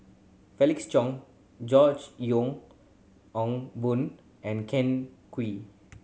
Felix Cheong George Yeo Yong Boon and Ken Kwek